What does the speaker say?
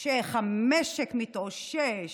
שהמשק מתאושש,